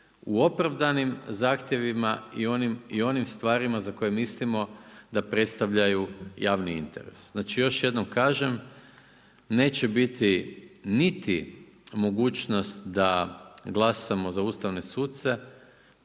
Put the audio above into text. u opravdanim zahtjevima i onim stvarima za koje mislimo da predstavljaju javni interes. Znači još jednom kažem, neće biti niti mogućnost da glasamo za ustavne suce